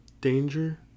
Danger